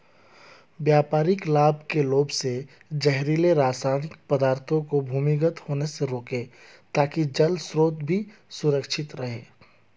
व्यापारिक लाभ के लोभ से जहरीले रासायनिक पदार्थों को भूमिगत होने से रोकें ताकि जल स्रोत भी सुरक्षित रहे